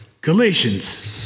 Galatians